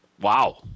Wow